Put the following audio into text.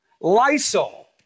Lysol